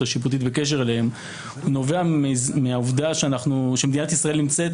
השיפוטית וקשר אליהם נובע מהעובדה שמדינת ישראל נמצאת